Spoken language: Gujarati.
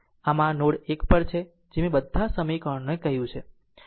આમ આ નોડ 1 પર છે જે મેં બધા સમીકરણોને કહ્યું છે